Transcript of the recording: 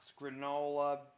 granola